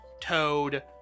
Toad